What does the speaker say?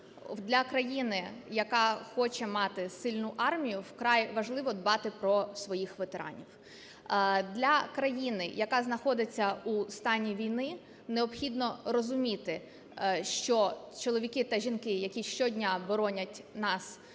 Для країни, яка хоче мати сильну армію, вкрай важливо дбати про своїх ветеранів. Для країни, яка знаходиться у стані війни, необхідно розуміти, що чоловіки та жінки, які щодня боронять нас